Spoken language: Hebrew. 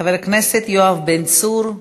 חבר הכנסת יואב בן צור,